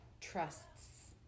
trusts